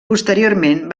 posteriorment